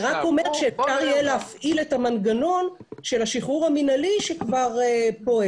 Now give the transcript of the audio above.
זה רק אומר שאפשר יהיה להפעיל את המנגנון של השחרור המינהלי שכבר פועל.